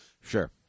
Sure